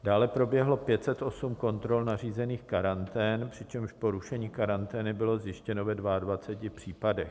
Dále proběhlo 508 kontrol nařízených karantén, přičemž porušení karantény bylo zjištěno ve 22 případech.